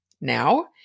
now